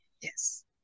Yes